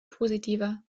positiver